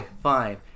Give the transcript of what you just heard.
fine